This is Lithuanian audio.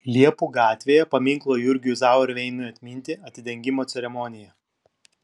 liepų gatvėje paminklo jurgiui zauerveinui atminti atidengimo ceremonija